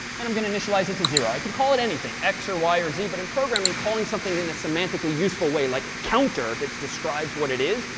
and i'm going to initialize it to zero. i can call it anything x or y or z but in programming, calling something in a semantically useful way, like counter, that describes what it is,